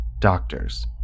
doctors